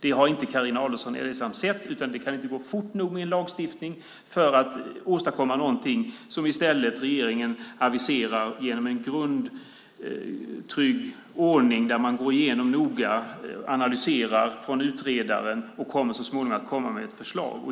Det har inte Carina Adolfsson Elgestam sett. Det kan inte gå fort nog med lagstiftningen för att åstadkomma någonting som regeringen i stället aviserar genom en grundlig och trygg ordning där man går igenom och noga analyserar förslagen från utredaren och så småningom kommer att komma med förslag.